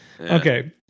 Okay